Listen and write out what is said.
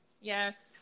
Yes